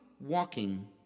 walking